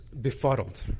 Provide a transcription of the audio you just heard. befuddled